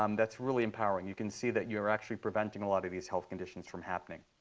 um that's really empowering. you can see that you're actually preventing a lot of these health conditions from happening.